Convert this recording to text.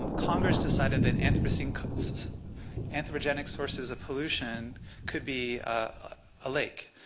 um congress decided that anthropogenic sources anthropogenic sources of pollution could be a lake.